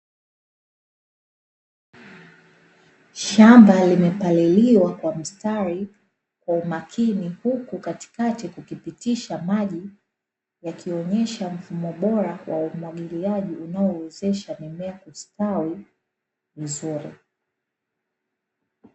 Shamba limepariliwa kwa mstari kwa umakini huku katikati kukipitisha maji yakioneshesha mfumo bora wa umwagiliaji unaowezesha mimea kustawi vizuri.